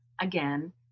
again